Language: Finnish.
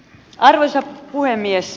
arvoisa puhemies